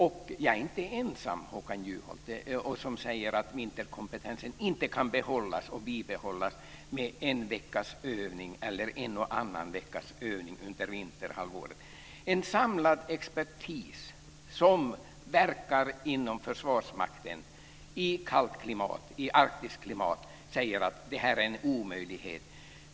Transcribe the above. Jag är inte ensam, Håkan Juholt, om att säga att vinterkompetensen inte kan bibehållas med en eller annan veckas övning under vinterhalvåret. En samlad expertis som verkar inom Försvarsmakten i kallt, arktiskt klimat säger att detta är en omöjlighet.